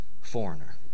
foreigner